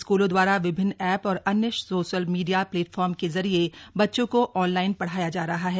स्कूलों द्वारा विभिन्न एप और अन्य सोशल मीडिया प्लैटफॉर्म के जरिए बच्चों को ऑनलाइन पढ़ाया जा रहा है